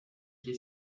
que